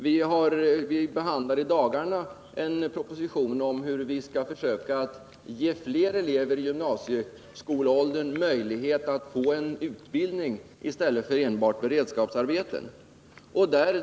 Vi behandlar i dagarna en proposition om hur vi skall försöka ge fler elever i gymnasieskoleåldern möjlighet att få en utbildning i stället för enbart beredskapsarbeten.